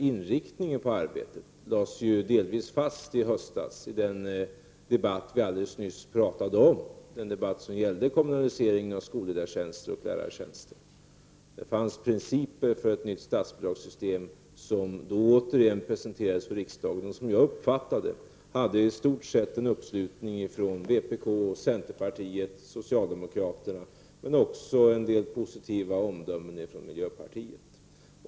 Inriktningen på arbetet lades emellertid delvis fast i höstas i den debatt vi alldeles nyss har talat om, debatten som gällde kommunaliseringen av skolledartjänster och lärartjänster. Det fanns principer för ett nytt statsbidragssystem som då återigen presenterades för riksdagen. Som jag uppfattade det fanns det i stort sett en uppslutning från vpk, centerpartiet och socialdemokraterna, men det fanns också en del positiva omdömen från miljöpartiet.